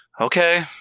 Okay